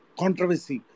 controversy